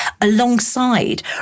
alongside